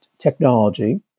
technology